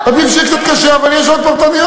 עדיף שיהיה קצת קשה, אבל יהיו שעות פרטניות.